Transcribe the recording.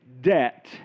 debt